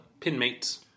Pinmates